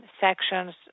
Sections